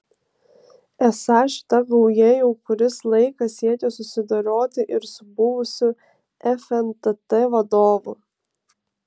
esą šita gauja jau kuris laikas siekia susidoroti ir su buvusiu fntt vadovu